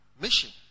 mission